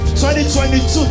2022